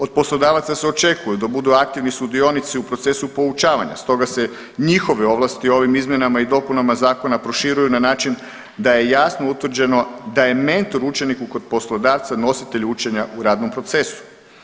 Od poslodavaca se očekuje da budu aktivni sudionici u procesu poučavanja stoga se njihove ovlasti ovim izmjenama i dopunama zakona proširuju na način da je jasno utvrđeno da je mentor učeniku kod poslodavca nositelj učenja u radnom procesu.